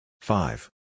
Five